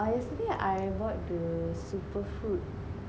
uh yesterday I bought the super fruit